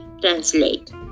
translate